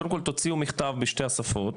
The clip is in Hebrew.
קודם כל תוציאו מכתב בשתי השפות,